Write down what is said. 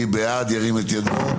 מי בעד, ירים את ידו.